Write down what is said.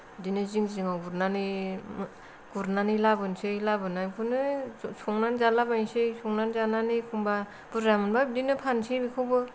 बिदिनो जिं जिङाव गुरनानै गुरनानै लाबोनोसै लाबोनायखौनो संनानै जालाबायनोसै संनानै जानानै एखम्बा बुरजा मोनबा बिदिनो फानसै बेखौबो